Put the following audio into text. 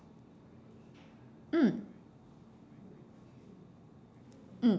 mm mm